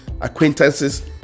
acquaintances